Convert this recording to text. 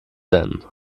denn